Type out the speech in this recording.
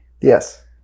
yes